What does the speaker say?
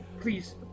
Please